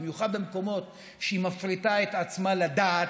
במיוחד במקומות שבהם היא מפריטה את עצמה לדעת,